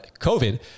COVID